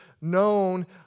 known